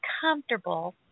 comfortable